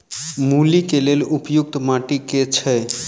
मूली केँ लेल उपयुक्त माटि केँ छैय?